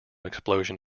explosion